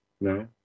No